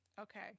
Okay